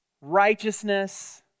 righteousness